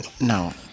no